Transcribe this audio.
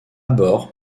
bord